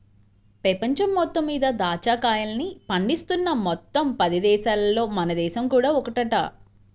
పెపంచం మొత్తం మీద దాచ్చా కాయల్ని పండిస్తున్న మొత్తం పది దేశాలల్లో మన దేశం కూడా ఒకటంట